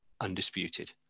undisputed